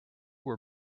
were